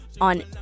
on